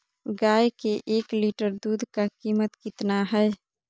गाय के एक लीटर दूध का कीमत कितना है?